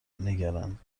نگرند